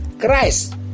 Christ